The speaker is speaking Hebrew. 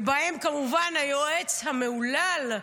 ובהם כמובן היועץ המהולל,